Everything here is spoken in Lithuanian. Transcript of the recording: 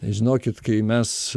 žinokit kai mes